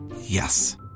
Yes